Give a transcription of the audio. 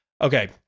Okay